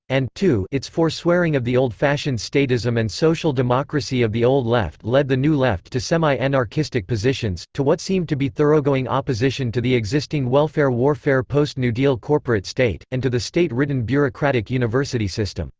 and its forswearing of the old-fashioned statism and social democracy of the old left led the new left to semi-anarchistic positions, to what seemed to be thoroughgoing opposition to the existing welfare-warfare postnew deal corporate state, and to the state-ridden bureaucratic university system.